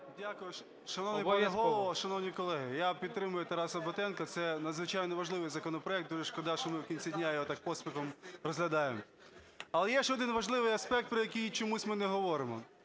Дякую. Шановний пане Голово, шановні колеги, я підтримую Тараса Батенка, це надзвичайно важливий законопроект, дуже шкода, що ми в кінці дня його так поспіхом розглядаємо. Але є ще один важливий аспект, про який, чомусь, ми не говоримо.